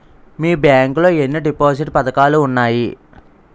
మీ bank లో ఎన్ని deposit పథకాలు ఉన్నాయి?